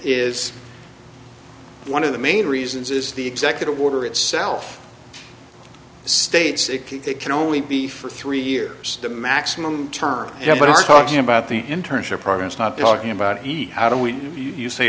is one of the main reasons is the executive order itself states it can they can only be for three years the maximum term yeah but i'm talking about the internship programs not talking about easy how do we do you say